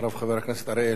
אחריו חבר הכנסת אריאל.